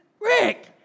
Rick